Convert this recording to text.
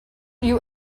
you